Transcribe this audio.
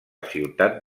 ciutat